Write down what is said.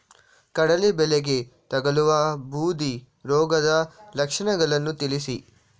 ಕಡಲೆ ಬೆಳೆಗೆ ತಗಲುವ ಬೂದಿ ರೋಗದ ಲಕ್ಷಣಗಳನ್ನು ತಿಳಿಸಿ?